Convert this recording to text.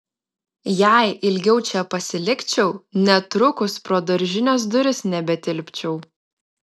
jei ilgiau čia pasilikčiau netrukus pro daržinės duris nebetilpčiau